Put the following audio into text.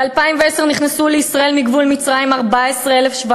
ב-2010 נכנסו לישראל מגבול מצרים 14,715,